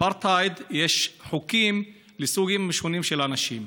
באפרטהייד יש חוקים לסוגים שונים של אנשים.